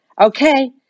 Okay